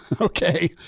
Okay